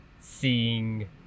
seeing